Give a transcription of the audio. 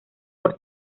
por